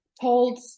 told